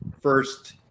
first